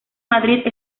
madrid